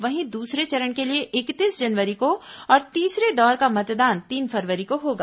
वहीं दूसरे चरण के लिए इकतीस जनवरी को और तीसरे दौर का मतदान तीन फरवरी को होगा